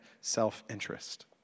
self-interest